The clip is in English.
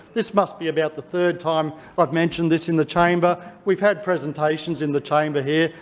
this must be about the third time i've mentioned this in the chamber. we've had presentations in the chamber here,